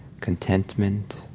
contentment